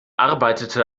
arbeitete